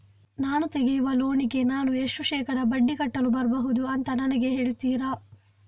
ನಾನು ತೆಗಿಯುವ ಲೋನಿಗೆ ನಾನು ಎಷ್ಟು ಶೇಕಡಾ ಬಡ್ಡಿ ಕಟ್ಟಲು ಬರ್ಬಹುದು ಅಂತ ನನಗೆ ಹೇಳ್ತೀರಾ?